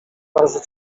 bardzo